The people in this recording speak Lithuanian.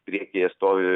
priekyje stovi